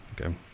okay